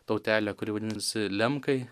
tautelė kuri vadintųsi lemkai